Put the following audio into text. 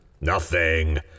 Nothing